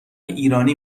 ایرانی